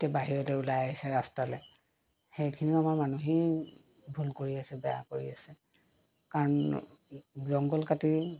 এতিয়া বাহিৰতে ওলাই আহিছে ৰাস্তালৈ সেইখিনিও আমাৰ মানুহেই ভুল কৰি আছে বেয়া কৰি আছে কাৰণ জংঘল কাটি